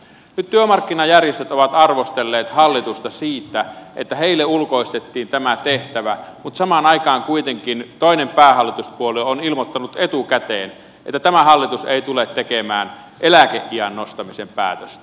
nyt työmarkkinajärjestöt ovat arvostelleet hallitusta siitä että heille ulkoistettiin tämä tehtävä mutta samaan aikaan kuitenkin toinen päähallituspuolue on ilmoittanut etukäteen että tämä hallitus ei tule tekemään eläkeiän nostamisen päätöstä